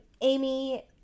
Amy